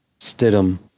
Stidham